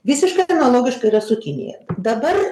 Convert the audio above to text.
visiškai analogiškai yra su kinija dabar